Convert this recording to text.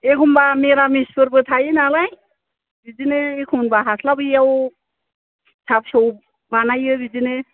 एखनबा निरामिसफोरबो थायो नालाय बिदिनो एखनबा हास्लाबैयाव फिसा फिसौ बानायो बिदिनो